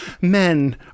Men